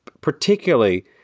particularly